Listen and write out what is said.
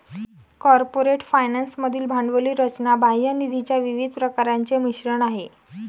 corporate finance मधील भांडवली रचना बाह्य निधीच्या विविध प्रकारांचे मिश्रण आहे